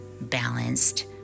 balanced